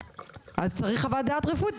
אז צריך חוות דעת רפואית,